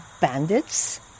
bandits